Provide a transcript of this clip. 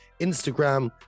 Instagram